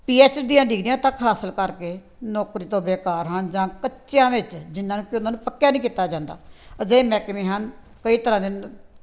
ਪੀ H D ਦੀਆਂ ਡਿਗਰੀਆਂ ਤੱਕ ਹਾਸਿਲ ਕਰਕੇ ਨੌਕਰੀ ਤੋਂ ਬੇਕਾਰ ਹਨ ਜਾਂ ਕੱਚਿਆਂ ਵਿੱਚ ਜਿੰਨ੍ਹਾਂ ਨੂੰ ਕਿ ਉਹਨਾਂ ਨੂੰ ਪੱਕਿਆ ਨਹੀਂ ਕੀਤਾ ਜਾਂਦਾ ਅਜਿਹੇ ਮਹਿਕਮੇ ਹਨ ਕਈ ਤਰ੍ਹਾਂ ਦੇ